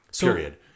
period